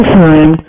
time